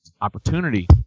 opportunity